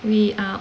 we are